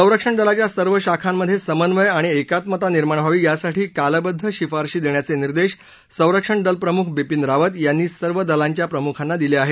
संरक्षण दलाच्या सर्व शाखांमध्ये समन्वय आणि एकात्मता निर्माण व्हावी यासाठी कालबद्व शिफारसी देण्याचे निर्देश संरक्षण दल प्रमुख बिपीन रावत यांनी सर्व दलांच्या प्रमुखांना दिले आहेत